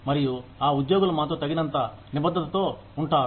మరియు ఆ ఉద్యోగులు మాతో తగినంత నిబద్ధతతో ఉంటారు